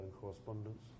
correspondence